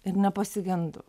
ir nepasigendu